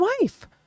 wife